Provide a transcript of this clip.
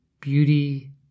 Beauty